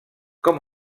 com